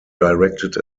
directed